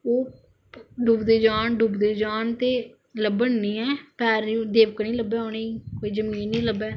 ओह् डुबदे जान ते लब्भन नेईं हां पैर देवका नेईं लब्भे उंनेंगी जमीन नेईं लब्भे